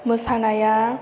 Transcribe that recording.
मोसानाया